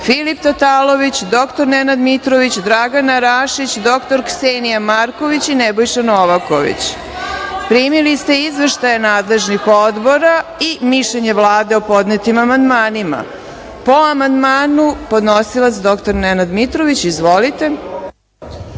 Filip Tatalović, dr Nenad Mitrović, Dragana Rašić, dr Ksenija Marković i Nebojša Novaković. Primili ste izveštaje nadležnih odbora i mišljenje Vlade o podnetim amandmanima. Po amandmanu podnosila dr Nenad Mitrović. Izvolite.